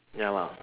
ya lah